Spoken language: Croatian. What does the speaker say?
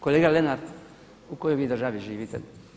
Kolega Lenart u kojoj vi državi živite?